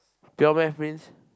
pure maths means